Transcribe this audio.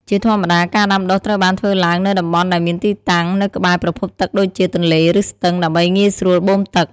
ជាធម្មតា ការដាំដុះត្រូវបានធ្វើឡើងនៅតំបន់ដែលមានទីតាំងនៅក្បែរប្រភពទឹកដូចជា ទន្លេ ឬស្ទឹង ដើម្បីងាយស្រួលបូមទឹក។